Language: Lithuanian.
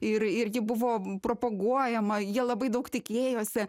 ir irgi buvo propaguojama jie labai daug tikėjosi